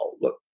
look